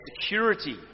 security